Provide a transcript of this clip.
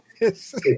yes